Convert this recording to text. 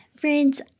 Friends